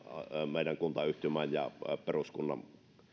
meidän kuntayhtymän ja peruskunnan